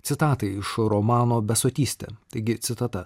citata iš romano besotystė taigi citata